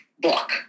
book